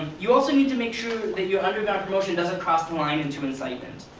you also need to make sure that your underground promotion doesn't cross the line into incitement.